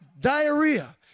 Diarrhea